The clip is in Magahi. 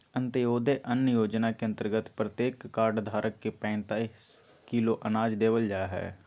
अंत्योदय अन्न योजना के अंतर्गत प्रत्येक कार्ड धारक के पैंतीस किलो अनाज देवल जाहई